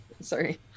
sorry